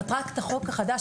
מטרת החוק החדש,